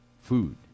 Food